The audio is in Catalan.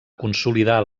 consolidar